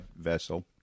vessel